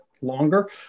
longer